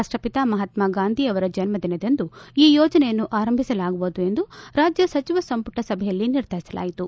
ರಾಷ್ಟಪಿತ ಮಹಾತ್ಸಗಾಂಧಿ ಅವರ ಜನ್ನ ದಿನದಂದು ಈ ಯೋಜನೆಯನ್ನು ಆರಂಭಿಸಲಾಗುವುದು ಎಂದು ರಾಜ್ಯ ಸಚಿವ ಸಂಪುಟ ಸಭೆಯಲ್ಲಿ ನಿರ್ಧರಿಸಲಾಯಿತು